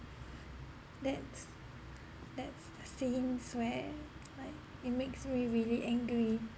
that's that's the scenes where like it makes me really angry